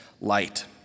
light